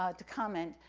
ah to comment,